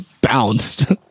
bounced